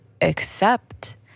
accept